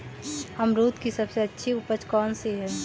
अमरूद की सबसे अच्छी उपज कौन सी है?